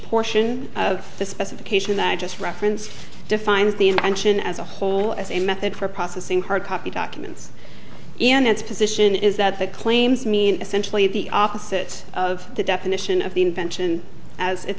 portion of the specification that just reference defines the action as a whole as a method for processing hard copy documents in its position is that the claims mean essentially the opposite of the definition of the invention as it